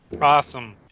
Awesome